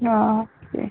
okay